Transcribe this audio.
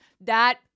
That-